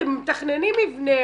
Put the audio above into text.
אתם מתכננים מבנה,